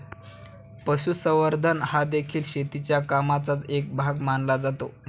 पशुसंवर्धन हादेखील शेतीच्या कामाचाच एक भाग मानला जातो